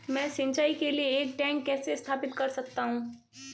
मैं सिंचाई के लिए एक टैंक कैसे स्थापित कर सकता हूँ?